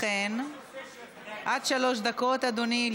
לכן, אדוני,